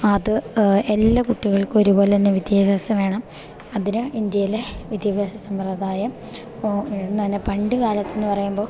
അത് എല്ലാ കുട്ടികൾക്കും ഒരുപോലെന്നെ വിദ്യാഭ്യാസം വേണം അതിന് ഇന്ത്യയ്ലെ വിദ്യാഭ്യാസ സമ്പ്രദായം ഇന്ന്തന്നെ പണ്ട് കാലത്ത്ന്ന് പറയ്മ്പോ